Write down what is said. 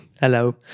Hello